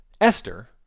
Esther